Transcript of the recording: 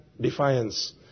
defiance